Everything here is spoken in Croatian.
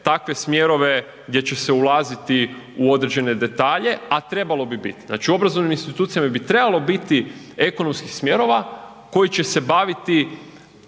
takve smjerove gdje će se ulaziti u određene detalje, a trebalo bi biti. Znači u obrazovnim institucijama bi trebalo biti ekonomskih smjerova koji će se baviti